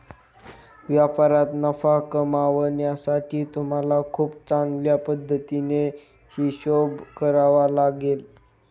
व्यापारात नफा कमावण्यासाठी तुम्हाला खूप चांगल्या पद्धतीने हिशोब करावा लागेल